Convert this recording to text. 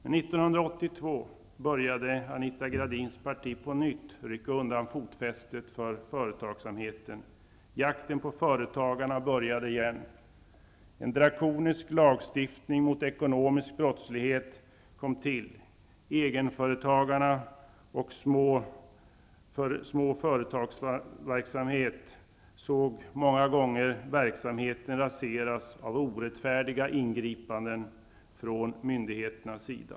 Men 1982 började Anita Gradins parti på nytt att rycka undan fotfästet för företagsamheten. Jakten på företagarna började igen. En drakonisk lagstiftning mot ekonomisk brottslighet kom till. Egenföretagarna och småföretagsverksamheten såg många gånger verksamheten raseras av orättfärdiga ingripanden från myndigheternas sida.